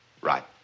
Right